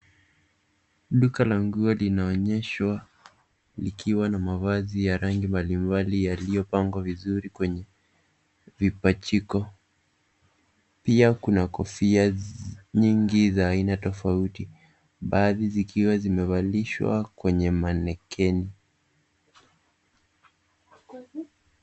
Duka la nguo linaonyeshwa likiwa na mavazi ya rangi mbalimbali iliyopangwa vizuri kwenye vipachiko. Pia kuna kofia nyingi za aina tofauti. Baadhi zikiwa zimevalishwa kwenye manekeni .